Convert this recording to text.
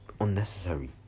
unnecessary